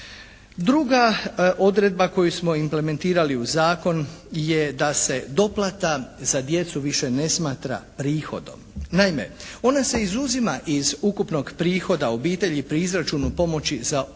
Druga odredba koju smo implementirali u zakon je da se doplata za djecu više ne smatra prihodom. Naime ona se izuzima iz ukupnog prihoda obitelji pri izračunu pomoći za